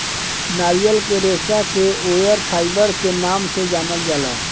नारियल के रेशा के कॉयर फाइबर के नाम से जानल जाला